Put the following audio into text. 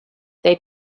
they